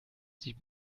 sieht